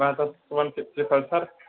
Bajaj one fifty Pulsar